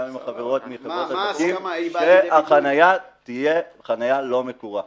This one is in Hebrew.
עם חברות הדלקים שהחניה תהיה חניה לא מקורה.